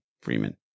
Freeman